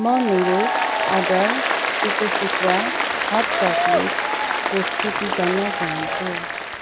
म मेरो order Cocosutra hut चकलेटको स्थिति जान्न चाहन्छु